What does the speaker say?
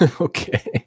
Okay